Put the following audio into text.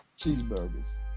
Cheeseburgers